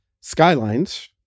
Skylines